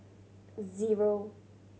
zero